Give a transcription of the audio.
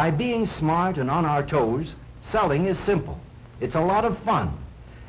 by being smart and on our toes something is simple it's a lot of fun